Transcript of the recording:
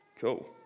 Cool